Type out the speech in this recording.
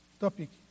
topic